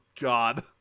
god